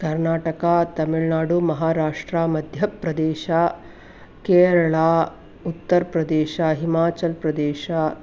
कर्नाटकः तमिल्नाडुः महाराष्ट्रः मध्यप्रदेशः केरलः उत्तरप्रदेशः हिमाचलप्रदेशः